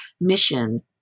mission